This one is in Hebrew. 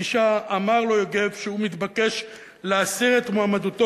בפגישה אמר לו יוגב שהוא מתבקש להסיר את מועמדותו